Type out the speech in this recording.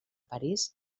parís